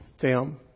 Tim